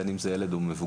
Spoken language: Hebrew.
בין אם זה ילד או מבוגר,